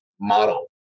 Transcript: model